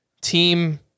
team